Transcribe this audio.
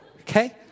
Okay